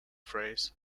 phrase